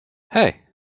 hey